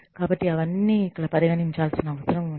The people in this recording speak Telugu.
కాబట్టి అవన్నీ ఇక్కడ పరిగణించాల్సిన అవసరం ఉంది